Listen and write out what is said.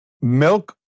Milk